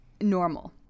normal